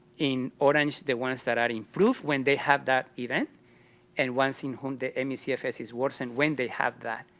in orange the ones that are improved when they have that event and ones in whom the me cfs is worse and when they have that.